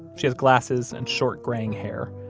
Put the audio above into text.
she has glasses and short, graying hair.